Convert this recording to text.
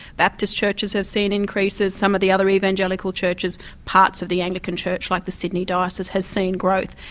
baptist churches have seen increases. some of the other evangelical churches, parts of the anglican church like the sydney diocese has seen growth,